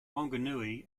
wanganui